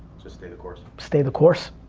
just stay the course. stay the course.